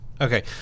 Okay